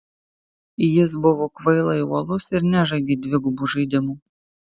jis buvo kvailai uolus ir nežaidė dvigubų žaidimų